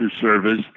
service